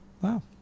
Wow